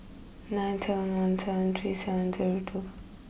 nine ten one ten three seven zero two